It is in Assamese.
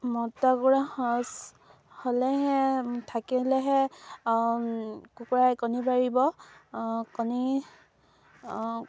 মতা কুকুৰাৰ সঁচ হ'লেহে থাকিলেহে কুকুৰাই কণী পাৰিব কণী